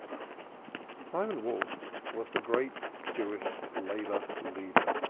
simon wolf was the great jewish labor leader.